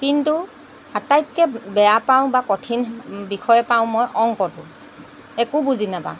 কিন্তু আটাইটকৈ বেয়া পাওঁ বা কঠিন বিষয় পাওঁ মই অংকটো একো বুজি নাপাওঁ